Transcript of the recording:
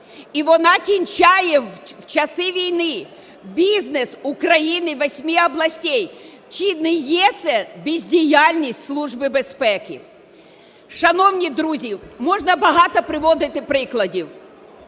і вона кінчає в часи війни бізнес України, восьми областей, чи не є це бездіяльність Служби безпеки? Шановні друзі, можна багато приводити прикладів,